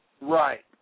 Right